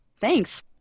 Thanks